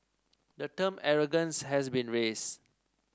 the term arrogance has been raised